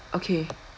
okay